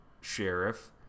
sheriff